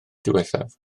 diwethaf